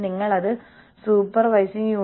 നിങ്ങൾക്ക് മീറ്റിംഗുകൾ ഇല്ല